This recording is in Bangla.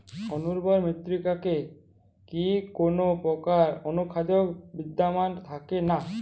অনুর্বর মৃত্তিকাতে কি কোনো প্রকার অনুখাদ্য বিদ্যমান থাকে না?